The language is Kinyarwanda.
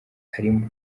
arimo